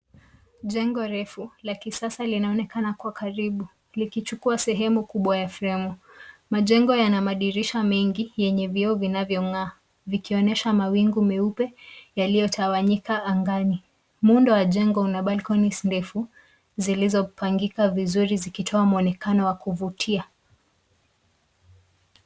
Jengo refu, la kisasa linaonekana kuwa karibu, likichukua sehemu kubwa ya fremu. Majengo yana madirisha mengi yenye vioo vinavyong’aa, vikionyesha mawingu meupe yaliyotawanyika angani. Muundo wa jengo una balconies ndefu, zilizopangika vizuri zikitoa mwonekano wa kuvutia.